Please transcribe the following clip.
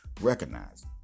Recognize